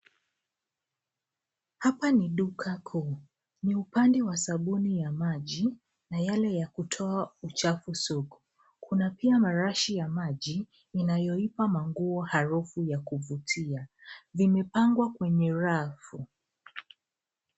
Hapa ni duka kuu ni upande wa sabuni ya maji na yale ya kutoa uchafu sugu. Kuna pia marashi ya maji inayoipa manguo harufu ya kuvutia. Vimepangwa kwenye rafu.